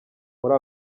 muri